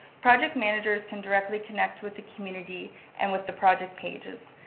project managers can directly connect with the community and with the project pages.